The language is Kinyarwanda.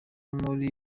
muri